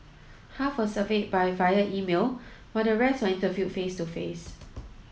half were surveyed by via email while the rest were interviewed face to face